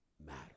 matter